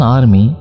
Army